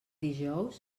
dijous